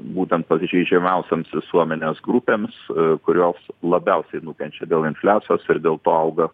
būtent pažeidžiamiausioms visuomenės grupėms kurios labiausiai nukenčia dėl infliacijos ir dėl to auga